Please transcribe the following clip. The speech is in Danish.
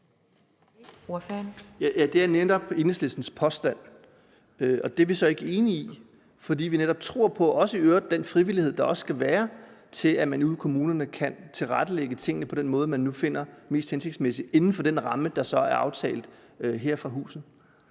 Ja, det er netop Enhedslistens påstand. Det er vi så ikke enige i, fordi vi netop også i øvrigt tror på den frivillighed, der også skal være, til at man ude i kommunerne kan tilrettelægge tingene på den måde, man nu finder mest hensigtsmæssig, inden for den ramme, der så er aftalt her fra huset.